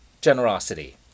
generosity